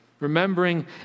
Remembering